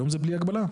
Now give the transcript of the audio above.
היום זה בלי הגבלה,